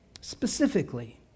Specifically